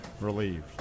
relieved